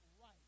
right